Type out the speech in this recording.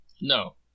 No